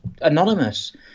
anonymous